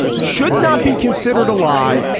should not be considered a lie.